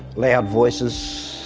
loud voices,